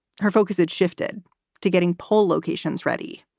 her focus had shifted to getting poll locations ready,